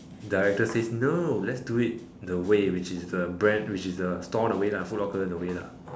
directors say no let's do it the way which is the brand which is the store all the way lah full locker all the way lah